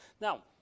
now